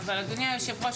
אבל אדוני היושב-ראש,